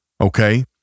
Okay